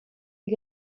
you